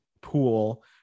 pool